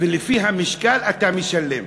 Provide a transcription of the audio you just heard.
ולפי המשקל אתה משלם.